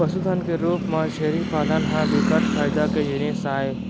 पसुधन के रूप म छेरी पालन ह बिकट फायदा के जिनिस आय